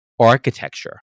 architecture